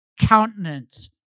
countenance